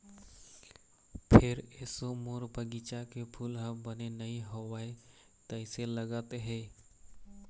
फेर एसो मोर बगिचा के फूल ह बने नइ होवय तइसे लगत हे